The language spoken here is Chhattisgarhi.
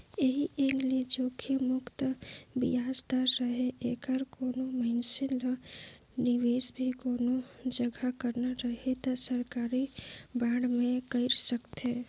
ऐही एंग ले जोखिम मुक्त बियाज दर रहें ऐखर कोनो मइनसे ल निवेस भी कोनो जघा करना रही त सरकारी बांड मे कइर सकथे